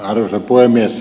arvoisa puhemies